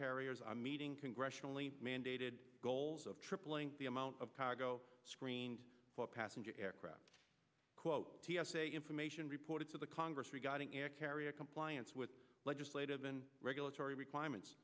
carriers are meeting congressionally mandated goals of tripling the amount of cargo screened passenger aircraft quote t s a information reported to the congress regarding air carrier compliance with legislative and regulatory requirements